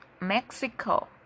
Mexico